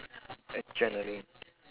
adrenaline